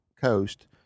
coast